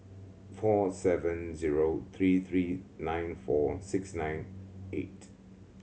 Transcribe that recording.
four seven zero three three nine four six nine eight